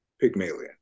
Pygmalion